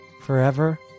Forever